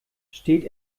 steht